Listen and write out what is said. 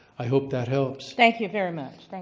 i hope that helps. thank you very much.